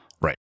Right